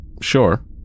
Sure